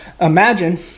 imagine